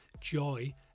joy